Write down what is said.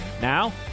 Now